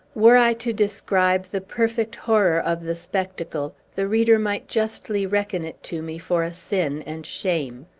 were i to describe the perfect horror of the spectacle, the reader might justly reckon it to me for a sin and shame.